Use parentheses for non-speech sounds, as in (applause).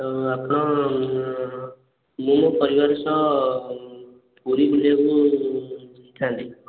ଆଉ ଆପଣ ମୁଁ ମୋ ପରିବାର ସହ ପୁରୀ ବୁଲିବାକୁ (unintelligible)